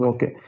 Okay